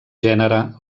gènere